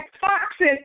foxes